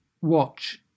watch